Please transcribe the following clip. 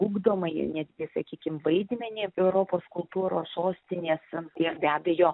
ugdomąjį netgi sakykim vaidmenį europos kultūros sostinės ir be abejo